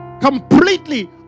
completely